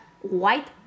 white